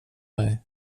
mig